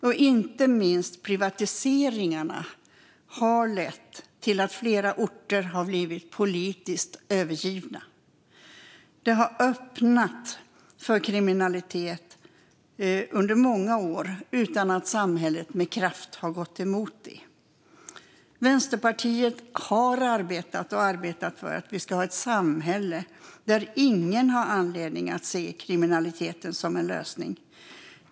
Men inte minst privatiseringarna har lett till att flera orter har blivit politiskt övergivna, vilket under många år har öppnat för kriminalitet utan att samhället med kraft gått emot. Vänsterpartiet har arbetat och arbetar för att vi ska ha ett samhälle där ingen har anledning att se kriminaliteten som en lösning.